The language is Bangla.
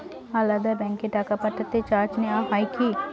আলাদা ব্যাংকে টাকা পাঠালে চার্জ নেওয়া হয় কি?